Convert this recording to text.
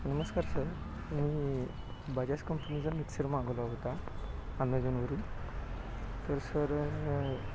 नमस्कार सर मी बजाज कंपनीचा मिक्सर मागवला होता अमेझॉनवरून तर सर